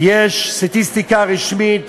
יש סטטיסטיקה רשמית,